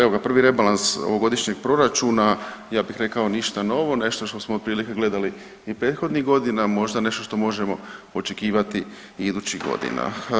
Evo ga, prvi rebalans ovogodišnjeg proračuna ja bih rekao ništa novo, nešto što smo otprilike gledali i prethodnih godina, možda nešto što možemo očekivati i idućih godina.